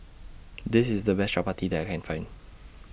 This IS The Best Chappati that I Can Find